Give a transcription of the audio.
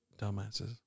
dumbasses